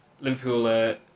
Liverpool